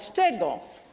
Z czego?